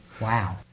Wow